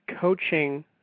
coaching